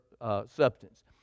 substance